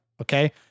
Okay